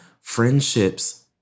friendships